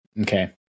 Okay